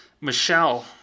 Michelle